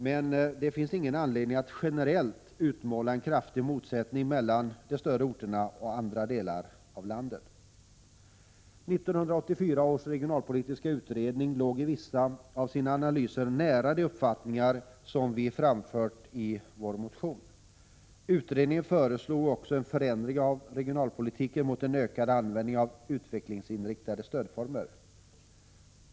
Men det finns ingen anledning att generellt utmåla en kraftig motsättning mellan de större orterna och andra delar av landet. 1984 års regionalpolitiska utredning låg i vissa av sina analyser nära de uppfattningar som vi här har framfört i vår motion. Utredningen föreslog också en förändring av regionalpolitiken mot en ökad användning av utvecklingsinriktade stödformer.